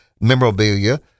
memorabilia